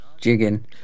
jigging